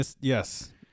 Yes